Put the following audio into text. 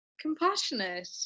compassionate